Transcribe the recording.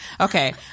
okay